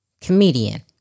comedian